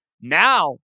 Now